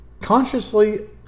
consciously